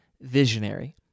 visionary